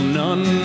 none